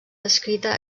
descrita